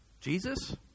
Jesus